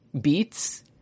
beats